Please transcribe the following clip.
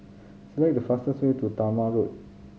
select the fastest way to Talma Road